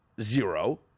Zero